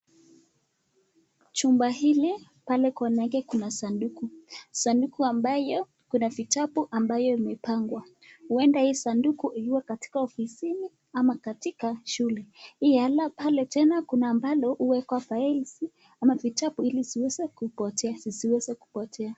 Chumba hili pale kona yake kuna sanduku. Sanduku ambayo kuna vitabu ambayo imepangwa. Ueda hii sanduku ilio katika ofisini ama katika shule. Pale tena kuna ambalo huwekwa files ama vitabu ili zisiweze kupotea.